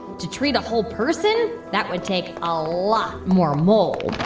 to treat a whole person that would take all lot more mold